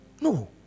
No